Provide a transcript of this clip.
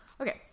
okay